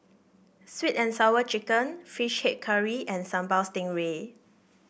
sweet and Sour Chicken fish head curry and Sambal Stingray